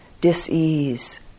dis-ease